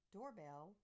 Doorbell